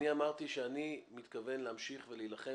אני אמרתי שאני מתכוון להמשיך ולהילחם